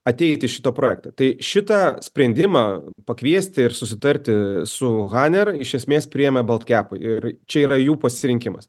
ateit į šitą projektą tai šitą sprendimą pakviesti ir susitarti su haner iš esmės priėmė baltkep ir čia yra jų pasirinkimas